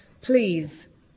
Please